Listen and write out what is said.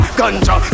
ganja